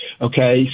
Okay